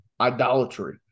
idolatry